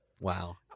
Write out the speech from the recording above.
wow